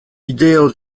ideo